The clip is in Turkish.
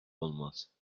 olmaz